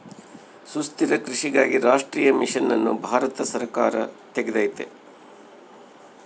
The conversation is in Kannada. ಸುಸ್ಥಿರ ಕೃಷಿಗಾಗಿ ರಾಷ್ಟ್ರೀಯ ಮಿಷನ್ ಅನ್ನು ಭಾರತ ಸರ್ಕಾರ ತೆಗ್ದೈತೀ